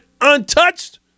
untouched